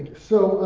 so,